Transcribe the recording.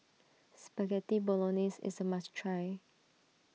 Spaghetti Bolognese is a must try